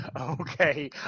Okay